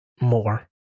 more